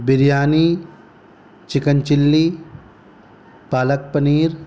biryani chicken chilli palak paneer